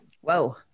Whoa